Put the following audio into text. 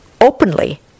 openly